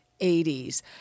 80s